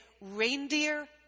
reindeer